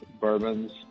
bourbons